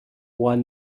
juan